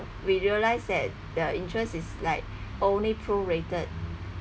we realize that the interest is like only pro rated